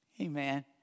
Amen